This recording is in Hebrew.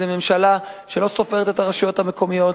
זאת ממשלה שלא סופרת את הרשויות המקומיות,